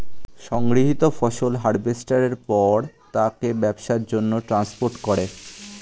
সংগৃহীত ফসল হারভেস্টের পর তাকে ব্যবসার জন্যে ট্রান্সপোর্ট করে